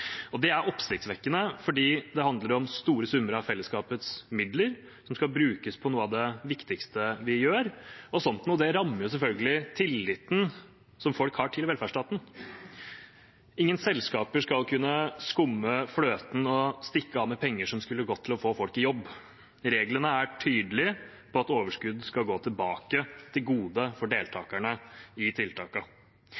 Det er oppsiktsvekkende fordi det handler om store summer av fellesskapets midler, som skal brukes til noe av det viktigste vi gjør, og sånt noe rammer selvfølgelig tilliten folk har til velferdsstaten. Ingen selskaper skal kunne skumme fløten og stikke av med penger som skulle gått til å få folk i jobb. Reglene er tydelige på at overskudd skal gå tilbake til gode for